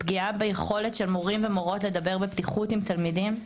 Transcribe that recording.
פגיעה ביכולת של מורים ומורות לדבר בפתיחות עם תלמידים.